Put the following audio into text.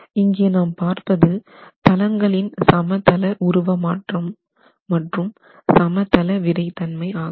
இங்கே நாம் பார்ப்பது தளங்களின் சமதள உருவமாற்றம் மற்றும் சமதள விறைத்தன்மை ஆகும்